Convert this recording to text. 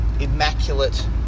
Immaculate